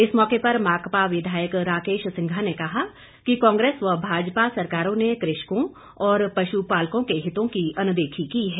इस मौके पर माकपा विधायक राकेश सिंघा ने कहा कि कांग्रेस व भाजपा सरकारों ने कृषकों और पशु पालकों के हितों की अनदेखी की है